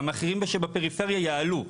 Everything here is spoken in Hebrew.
והמחירים שבפריפריה יעלו.